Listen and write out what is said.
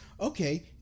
Okay